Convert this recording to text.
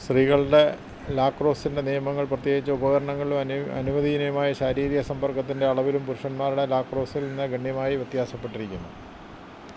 സ്ത്രീകളുടെ ലാക്രോസിന്റെ നിയമങ്ങൾ പ്രത്യേകിച്ചു ഉപകരണങ്ങളിലും അനുവദനീയമായ ശാരീരിക സമ്പർക്കത്തിന്റെ അളവിലും പുരുഷന്മാരുടെ ലാക്രോസിൽ നിന്ന് ഗണ്യമായി വ്യത്യാസപ്പെട്ടിരിക്കുന്നു